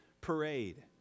parade